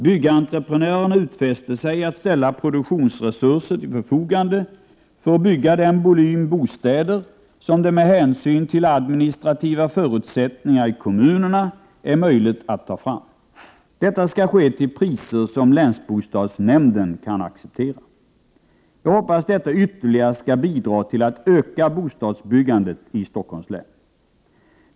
Byggentreprenörerna utfäster sig att ställa produktionsresurser till förfogande för att bygga den volym bostäder som det med hänsyn till administrativa förutsättningar i kommunerna är möjligt att ta fram. Detta skall ske till priser som länsbostadsnämnden kan acceptera. Jag hoppas att detta ytterligare skall bidra till att öka bostadsbyggandet i Stockholms län.